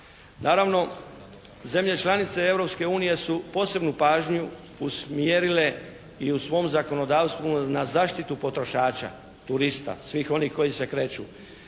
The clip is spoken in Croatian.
Naravno zemlje članice Europske unije su posebnu pažnju usmjerile i u svom zakonodavstvu na zaštitu potrošača, turista svih onih koji se kreću.